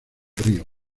río